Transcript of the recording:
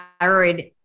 thyroid